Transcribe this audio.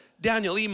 Daniel